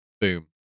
boom